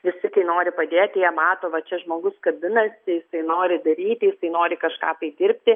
visi kai nori padėti jie mato va čia žmogus kabinasi jisai nori daryti jisai nori kažką tai dirbti